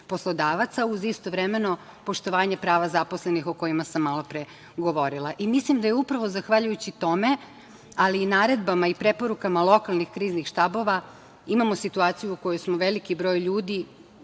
poslodavaca uz istovremeno poštovanje zaposlenih, o kojima sam malopre govorila. Mislim da upravo zahvaljujući tome, ali i naredbama i preporukama lokalnih kriznih štabova imamo situaciju u kojoj smo veliki broj